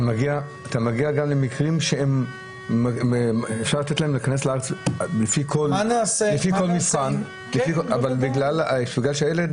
אתה מגיע גם למקרים שאפשר לתת להם להיכנס לארץ לפי כל מבחן אבל בגלל שהילד